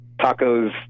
Taco's